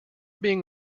being